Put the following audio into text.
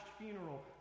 funeral